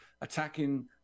attacking